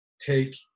take